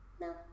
No